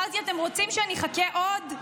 אמרתי: אתם רוצים שאני אחכה עוד?